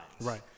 Right